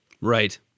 Right